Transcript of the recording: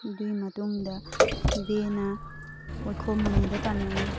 ꯑꯗꯨꯏ ꯃꯇꯨꯡꯗ ꯕꯤ ꯑꯦꯅ ꯋꯥꯏꯈꯣꯝ ꯃꯅꯤꯗ ꯇꯥꯝꯃꯛꯑꯦ